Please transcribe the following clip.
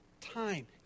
time